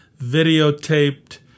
videotaped